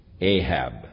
Ahab